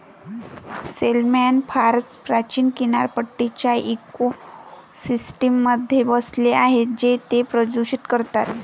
salmon farms प्राचीन किनारपट्टीच्या इकोसिस्टममध्ये बसले आहेत जे ते प्रदूषित करतात